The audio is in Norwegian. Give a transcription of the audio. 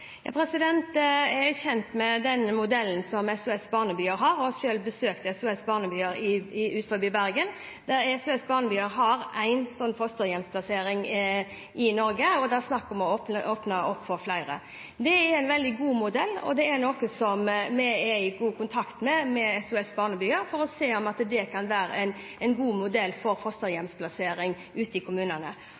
Jeg er kjent med den modellen som SOS-barnebyer har, og jeg har selv besøkt SOS-barnebyer utenfor Bergen. De har én fosterhjemsplassering i Norge, men det er snakk om å åpne opp for flere. Det er en veldig god modell, og det er noe som vi er i god kontakt med SOS-barnebyer om for å se om det kan være en modell for fosterhjemsplassering ute i kommunene.